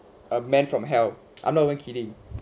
a man from hell I'm not even kidding